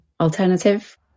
alternative